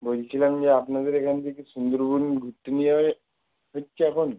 বলছিলাম যে আপনাদের এখান থেকে সুন্দরবন ঘুরতে নিয়ে যাবে হচ্ছে এখন